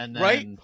Right